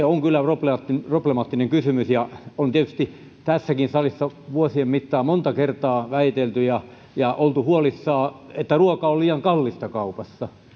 on kyllä problemaattinen problemaattinen kysymys on tietysti tässäkin salissa vuosien mittaan monta kertaa väitelty ja ja oltu huolissaan että ruoka on liian kallista kaupassa